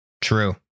True